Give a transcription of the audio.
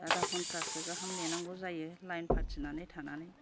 आदा घन्टासो गाहाम नेनांगौ जायो लाइन फाथिनानै थानानै